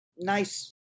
nice